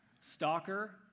stalker